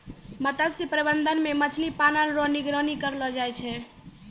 मत्स्य प्रबंधन मे मछली पालन रो निगरानी करलो जाय छै